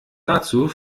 dazu